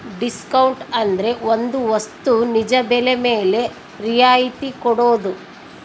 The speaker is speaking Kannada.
ಡಿಸ್ಕೌಂಟ್ ಅಂದ್ರೆ ಒಂದ್ ವಸ್ತು ನಿಜ ಬೆಲೆ ಮೇಲೆ ರಿಯಾಯತಿ ಕೊಡೋದು